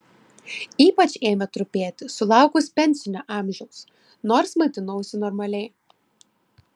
ypač ėmė trupėti sulaukus pensinio amžiaus nors maitinausi normaliai